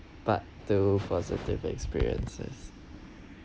part two positive experiences